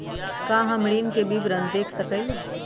का हम ऋण के विवरण देख सकइले?